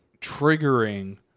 triggering